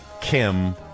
Kim